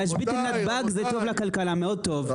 להשבית את הנתב"ג זה טוב, מאוד טוב...